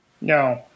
no